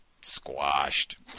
squashed